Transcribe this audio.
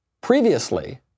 Previously